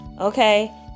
Okay